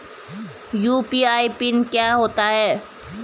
UPI PIN क्या होता है?